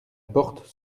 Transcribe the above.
porte